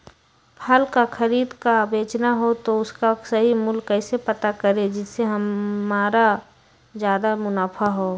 फल का खरीद का बेचना हो तो उसका सही मूल्य कैसे पता करें जिससे हमारा ज्याद मुनाफा हो?